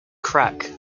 crack